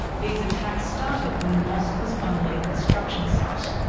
these attacks started when the mosque was only a construction site.